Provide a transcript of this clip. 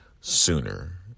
sooner